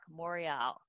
Morial